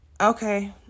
okay